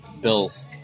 Bills